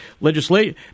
Legislation